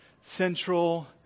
central